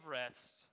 rest